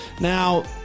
Now